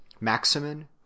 Maximin